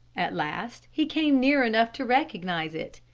at last he came near enough to recognize it.